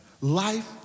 life